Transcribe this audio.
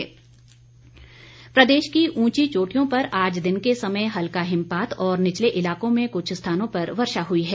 मौसम प्रदेश की ऊंची चोटियों पर आज दिन के समय हल्का हिमपात और निचले इलाकों में कुछ स्थानों पर वर्षा हुई है